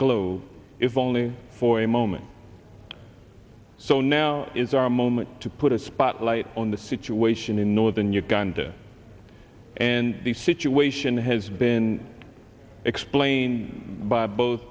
globe if only for a moment so now is our moment to put a spotlight on the situation in northern uganda and the situation has been explained by both